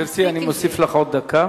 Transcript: גברתי, אני מוסיף לך עוד דקה.